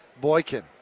Boykin